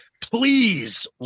Please